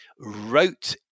wrote